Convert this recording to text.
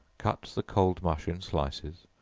cut the cold mush in slices,